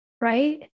right